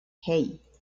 hey